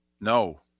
No